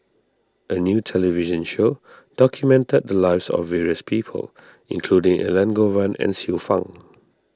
a new television show documented the lives of various people including Elangovan and Xiu Fang